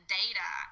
data